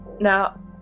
Now